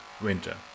winter